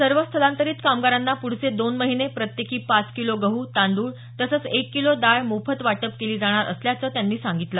सर्व स्थलांतरीत कामगारांना प्रुढचे दोन महिने प्रत्येकी पाच किलो गह् तांदूळ तसंच एक किलो दाळ मोफत वाटप केली जाणार असल्याचं त्यांनी सांगितलं